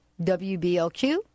WBLQ